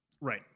Right